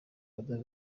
mme